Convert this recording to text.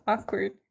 Awkward